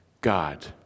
God